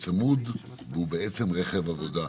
צמוד, הוא בעצם רכב עבודה.